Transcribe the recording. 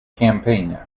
campaign